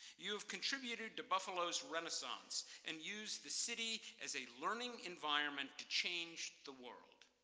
you have contributed to buffalo's renaissance, and used the city as a learning environment to change the world.